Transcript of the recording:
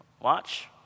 Watch